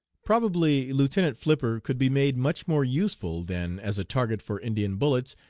probably lieutenant flipper could be made much more useful than as a target for indian bullets,